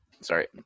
sorry